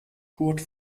kurt